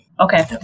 Okay